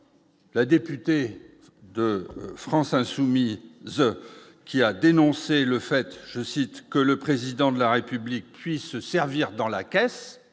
La députée de France insoumis The qui a dénoncé le fait, je cite, que le président de la République puisse se servir dans la caisse,